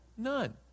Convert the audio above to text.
None